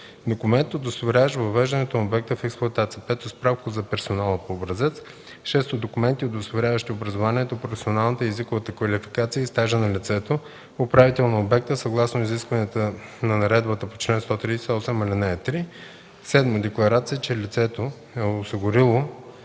документ, удостоверяващ въвеждането на обекта в експлоатация; 5. справка за персонала – по образец; 6. документи, удостоверяващи образованието, професионалната и езиковата квалификация и стажа на лицето – управител на обекта, съгласно изискванията на наредбата по чл. 138,ал. 3; 7. декларация, че лицето е осигурило